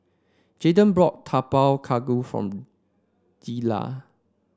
Jayden bought Tapak Kuda for Deliah